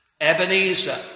Ebenezer